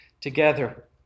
together